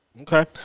Okay